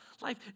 life